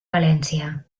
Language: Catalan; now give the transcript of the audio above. valència